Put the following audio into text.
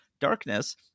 darkness